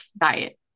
diet